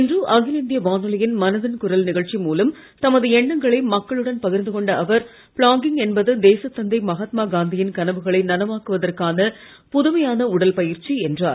இன்று அகில இந்திய வானொலியின் மனதின் குரல் நிகழ்ச்சி மூலம் தமது எண்ணங்களை மக்களுடன் பகிர்ந்து கொண்ட அவர் பிளாக்கிங் என்பது தேச தந்தை மகாத்மா காந்தியின் கனவுகளை நனவாக்குவதற்கான புதுமையான உடல் பயிற்சி என்றார்